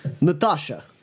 Natasha